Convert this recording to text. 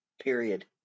period